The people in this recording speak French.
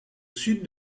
sud